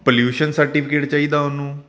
pollution certificate ਚਾਹੀਦਾ ਉਹਨੂੰ